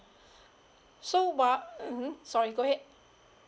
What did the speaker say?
so while mmhmm sorry go ahead